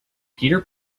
peter